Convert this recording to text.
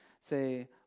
say